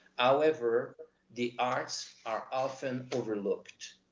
however the arts are often overlooked.